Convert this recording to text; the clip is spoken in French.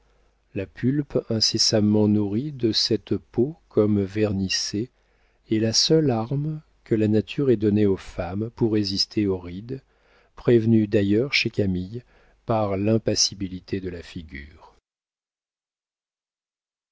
la pulpe incessamment nourrie de cette peau comme vernissée est la seule arme que la nature ait donnée aux femmes pour résister aux rides prévenues d'ailleurs chez camille par l'impassibilité de la figure